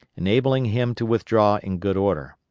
enabling him to withdraw in good order.